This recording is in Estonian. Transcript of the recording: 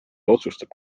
otsustab